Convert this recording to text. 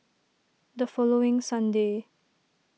the following sunday